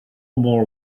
more